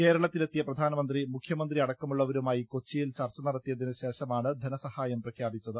കേരളത്തിലെ ത്തിയ പ്രധാനമന്ത്രി മുഖ്യമന്ത്രി അടക്കമുള്ളവരുമായി കൊച്ചിയിൽ ചർച്ച നടത്തിയതിന്ശേഷമാണ് ധനസഹായം പ്രഖ്യാപിച്ചത്